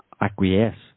acquiesce